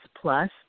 Plus